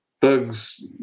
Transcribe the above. bugs